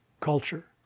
culture